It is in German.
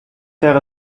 wäre